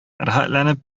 рәхәтләнеп